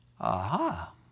aha